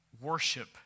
worship